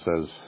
says